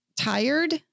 tired